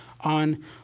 on